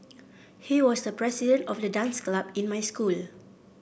he was the president of the dance club in my school